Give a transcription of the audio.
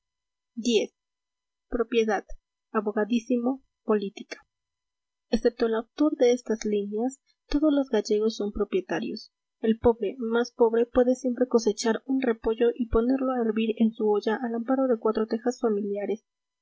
x propiedad abogadismo política excepto el autor de estas líneas todos los gallegos son propietarios el pobre más pobre puede siempre cosechar un repollo y ponerlo a hervir en su olla al amparo de cuatro tejas familiares